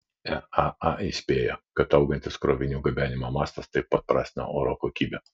eaa įspėja kad augantis krovinių gabenimo mastas taip pat prastina oro kokybę